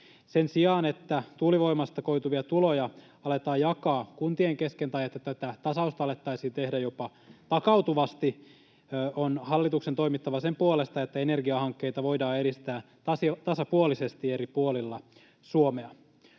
Sen sijaan, että tuulivoimasta koituvia tuloja aletaan jakaa kuntien kesken tai että tätä tasausta alettaisiin tehdä jopa takautuvasti, on hallituksen toimittava sen puolesta, että energiahankkeita voidaan edistää tasapuolisesti eri puolilla Suomea.